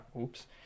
Oops